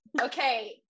Okay